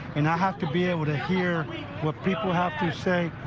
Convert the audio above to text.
and i have to be able to hear what people have to say,